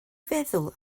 feddwl